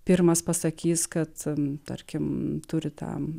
pirmas pasakys kad tarkim turi tam